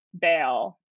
bail